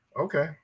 okay